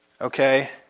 Okay